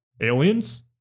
aliens